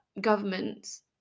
governments